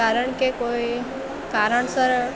કારણ કે કોઈ કારણસર